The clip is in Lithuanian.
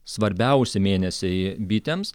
svarbiausi mėnesiai bitėms